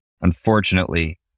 Unfortunately